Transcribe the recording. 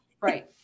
Right